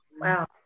Wow